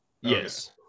Yes